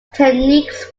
techniques